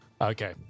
Okay